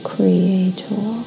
Creator